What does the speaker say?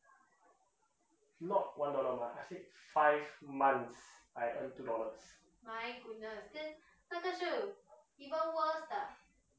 not one dollar I said five months I make two dollars